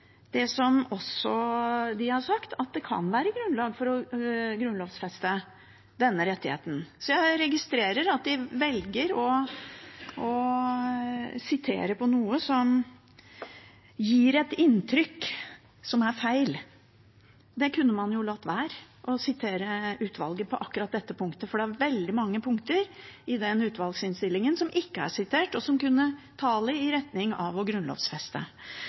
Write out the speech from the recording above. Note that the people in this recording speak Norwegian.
det som de også har sagt, at det kan være grunnlag for å grunnlovfeste denne rettigheten. Jeg registrerer at de velger å sitere noe som gir et inntrykk som er feil. Man kunne jo latt være å sitere utvalget på akkurat dette punktet, for det er veldig mange punkter i den utvalgsinnstillingen som det ikke er sitert fra, og som kunne tale i retning av å